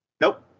Nope